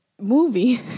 movie